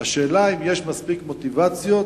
השאלה אם יש מספיק מוטיבציות